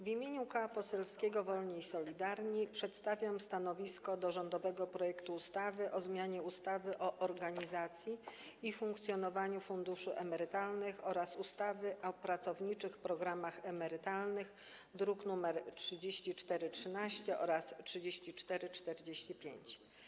W imieniu Koła Poselskiego Wolni i Solidarni przedstawiam stanowisko wobec rządowego projektu ustawy o zmianie ustawy o organizacji i funkcjonowaniu funduszy emerytalnych oraz ustawy o pracowniczych programach emerytalnych, druki nr 3413 i 3445.